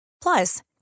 Plus